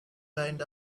kind